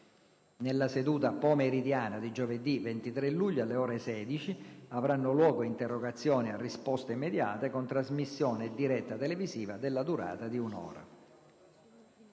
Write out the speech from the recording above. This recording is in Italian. Nella seduta pomeridiana di giovedì 23 luglio, alle ore 16, avranno luogo interrogazioni a risposta immediata con trasmissione diretta televisiva della durata di un'ora.